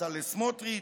בצלאל סמוטריץ'